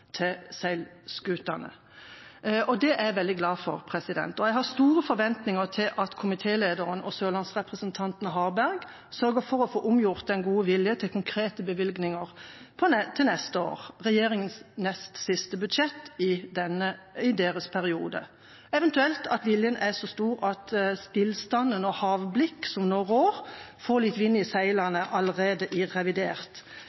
Det er jeg veldig glad for, og jeg har store forventninger til at komitélederen og sørlandsrepresentanten Harberg sørger for å få omgjort den gode viljen til konkrete bevilgninger til neste år – regjeringas nest siste budsjett i deres periode – eventuelt at viljen er så stor at stillstand og havblikk, som nå rår, går over, så vi får litt vind i seilene allerede i revidert